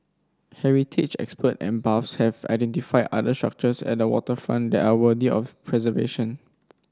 heritage expert and buffs have identified other structures at the waterfront that are worthy of preservation